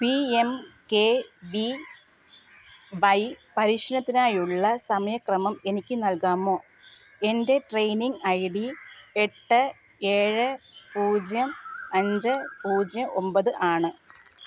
P M K V Y പരിശീലനത്തിനുള്ള സമയക്രമം എനിക്ക് നൽകാമോ എൻ്റെ ട്രെയിനിംഗ് ഐ ഡി എട്ട് ഏഴ് പൂജ്യം അഞ്ച് പൂജ്യം ഒമ്പത് ആണ്